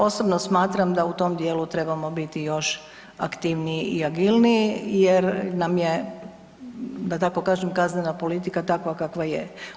Osobno smatram da u tom dijelu trebamo biti još aktivniji i agilniji jer nam je, da tako kažem, kaznena politika takva kakva je.